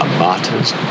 martyr's